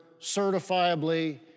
certifiably